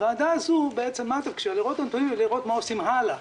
הוועדה הזאת תפקידה לראות את הנתונים ולראות מה עושים הלאה,